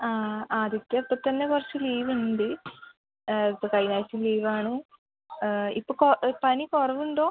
ആ ആദിത്യ ഇപ്പത്തന്നെ കുറച്ച് ലീവുണ്ട് ഇപ്പോൾ കഴിഞ്ഞ ആഴ്ച്ച ലീവാണ് ഇപ്പോൾ കൊ പനി കുറവുണ്ടോ